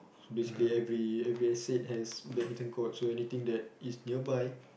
so basically every every estate has badminton court so anything that is nearby